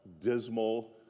dismal